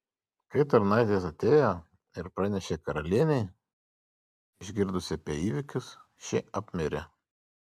kai tarnaitės atėjo ir pranešė karalienei išgirdusi apie įvykius ši apmirė